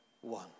one